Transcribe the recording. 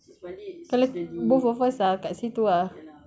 kalau both of us ah dekat situ ah